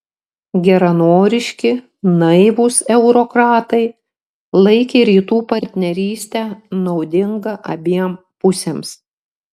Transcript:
geranoriški naivūs eurokratai laikė rytų partnerystę naudinga abiem pusėms